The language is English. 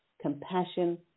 compassion